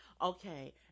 okay